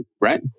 right